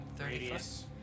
radius